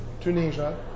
Tunisia